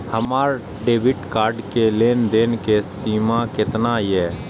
हमार debit card के लेन देन के सीमा केतना ये?